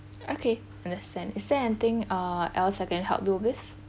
okay understand is there anything uh else I can help you with